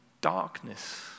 darkness